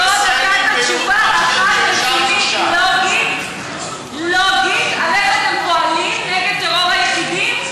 לא נתת תשובה אחת רצינית לוגית על איך אתם פועלים נגד טרור היחידים.